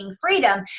freedom